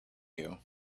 you